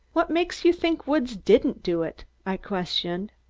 what makes you think woods didn't do it? i questioned.